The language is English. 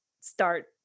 start